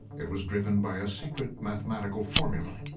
it was driven by a secret mathematical formula,